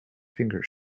finger